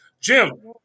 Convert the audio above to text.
Jim